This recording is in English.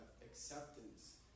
acceptance